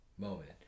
Moment